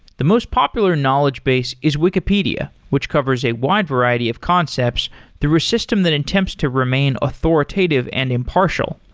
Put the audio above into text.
the most popular knowledge base is wikipedia, which covers a wide variety of concepts through a system that attempts to remain authoritative and impartial.